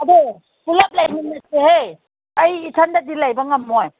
ꯑꯗꯣ ꯄꯨꯜꯂꯞ ꯂꯩꯃꯤꯟꯅꯁꯦꯍꯦ ꯑꯩ ꯏꯊꯟꯗꯗꯤ ꯂꯩꯕ ꯉꯝꯃꯣꯏ